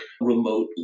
remotely